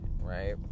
right